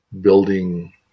building